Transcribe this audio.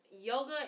Yoga